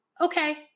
okay